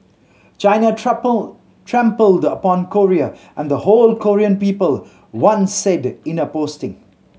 China trampled upon Korea and the whole Korean people one said in a posting